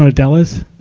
and del is?